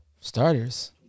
starters